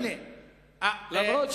אני נותן לו את חמש הדקות שלי.